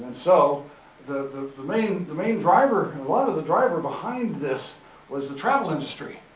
so the main, the main driver, a lot of the driver behind this was the travel industry.